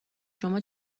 شما